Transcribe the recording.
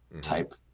type